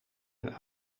een